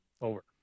over